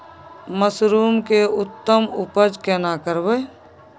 Mushroom के उत्तम उपज केना करबै?